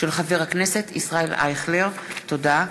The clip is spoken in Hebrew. תודה.